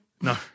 No